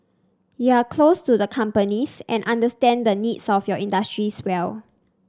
you are close to the companies and understand the needs of your industries well